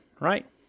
right